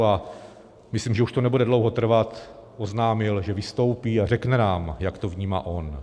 A myslím, že už to nebude dlouho trvat, oznámil, že vystoupí a řekne nám, jak to vnímá on.